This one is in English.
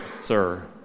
sir